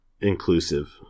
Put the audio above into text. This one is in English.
inclusive